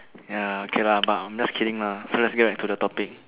ya okay lah but I'm just kidding lah so let's get into the topic